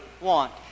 want